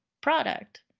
product